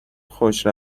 خوش